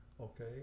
okay